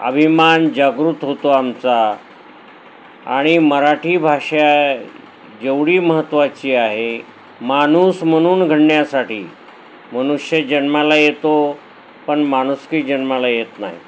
अभिमान जागृत होतो आमचा आणि मराठी भाषा जेवढी महत्त्वाची आहे माणूस म्हणून घडण्यासाठी मनुष्य जन्माला येतो पण माणुसकी जन्माला येत नाही